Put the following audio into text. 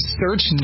search